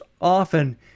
often